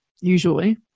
usually